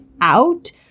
out